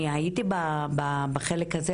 הייתי בחלק הזה,